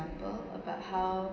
~ple of how